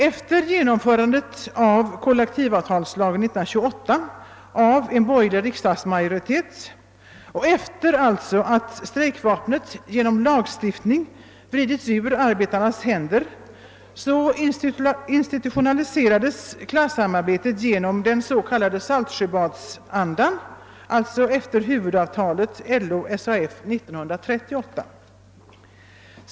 Efter genomförandet av kollektivavtalslagen 1928 av en borgerlig riksdagsmajoritet och efter det att strejkvapnet genom lagstiftningen vridits ur arbetarnas händer institu tionaliserades klassamarbetet genom den s.k. Saltsjöbadsandan, alltså efter huvudavtalet LO-—SAF 1938.